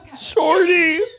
Shorty